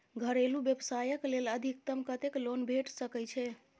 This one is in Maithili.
घरेलू व्यवसाय कऽ लेल अधिकतम कत्तेक लोन भेट सकय छई?